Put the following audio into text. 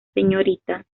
srta